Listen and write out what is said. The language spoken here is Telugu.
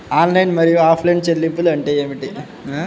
ఆన్లైన్ మరియు ఆఫ్లైన్ చెల్లింపులు అంటే ఏమిటి?